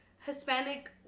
Hispanic